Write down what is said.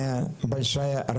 ל-106.